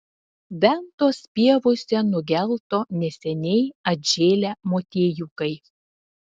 ventos pievose nugelto neseniai atžėlę motiejukai